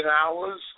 hours